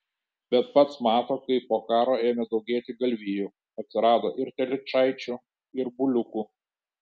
bet pats mato kaip po karo ėmė daugėti galvijų atsirado ir telyčaičių ir buliukų